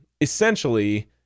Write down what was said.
essentially